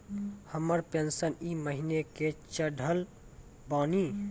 हमर पेंशन ई महीने के चढ़लऽ बानी?